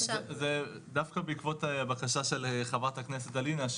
דווקא בעקבות הבקשה של חברת הכנסת אלינה,